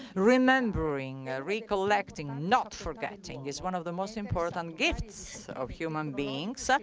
remembering, recollecting, not forgetting is one of the most important um gifts of human beings,